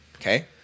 Okay